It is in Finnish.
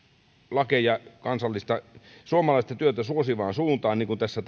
lakeja kansallista suomalaista työtä suosivaan suuntaan niin kuin tässä